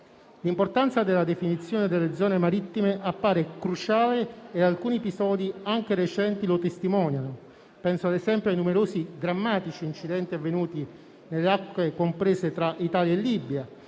L'importanza della definizione delle zone marittime appare cruciale e alcuni episodi anche recenti lo testimoniano. Penso, ad esempio, ai numerosi drammatici incidenti avvenuti nelle acque comprese tra Italia e Libia,